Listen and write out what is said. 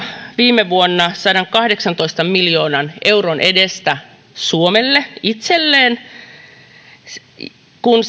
viime vuonna sadankahdeksantoista miljoonan euron edestä suomelle itselleen kun